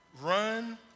Run